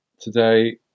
today